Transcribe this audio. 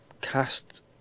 cast